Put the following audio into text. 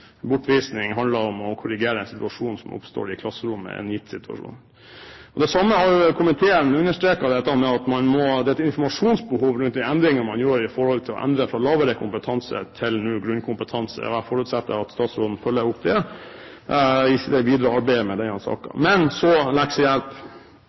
bortvisning handler om å korrigere en situasjon som oppstår i klasserommet i en gitt situasjon. Det samme har komiteen understreket når det gjelder informasjonsbehov om de endringene man gjør, fra lavere kompetanse til grunnkompetanse. Jeg forutsetter at statsråden følger opp dette i det videre arbeidet med denne